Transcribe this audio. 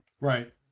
Right